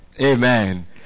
Amen